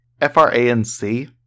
F-R-A-N-C